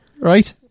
right